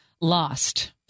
lost